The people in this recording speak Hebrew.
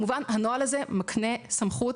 הנוהל הזה מקנה סמכות